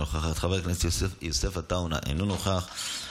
אינה נוכחת,